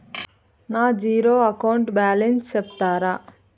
నా zero account balance సెప్తారా?